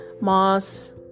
moss